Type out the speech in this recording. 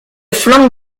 flanque